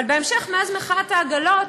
אבל בהמשך, מאז מחאת העגלות,